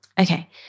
Okay